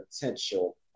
potential